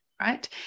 right